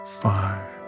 Five